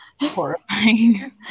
horrifying